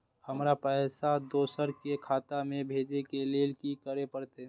हमरा पैसा दोसर के खाता में भेजे के लेल की करे परते?